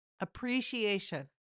appreciation